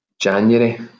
January